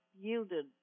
yielded